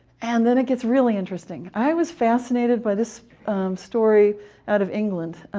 and then it gets really interesting. i was fascinated by this story out of england.